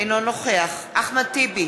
אינו נוכח אחמד טיבי,